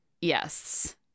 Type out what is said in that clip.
yes